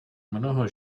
mnoho